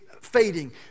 fading